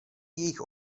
jejich